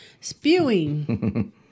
Spewing